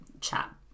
chat